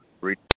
read